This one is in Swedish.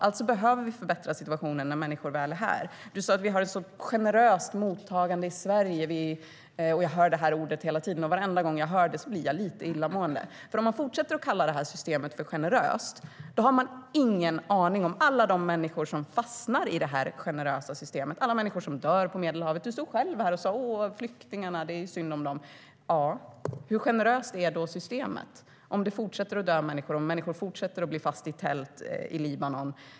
Alltså behöver vi förbättra situationen när människorna väl är här. Du sa att vi har ett så generöst mottagande i Sverige. Jag hör ordet generös hela tiden, och varenda gång blir jag lite illamående. Om man fortsätter att kalla dagens system för generöst har man ingen aning om alla de människor som fastnar i det "generösa" systemet och alla som dör i Medelhavet. Du stod själv i talarstolen och sa att det är synd om flyktingarna. Hur generöst är systemet om det fortsätter att dö människor och om människor fortsätter att bli fast i tältläger i Libanon?